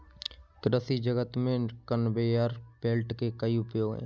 कृषि जगत में कन्वेयर बेल्ट के कई उपयोग हैं